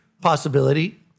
possibility